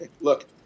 look